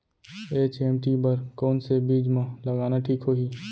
HMT बर कौन से बीज मा लगाना ठीक होही?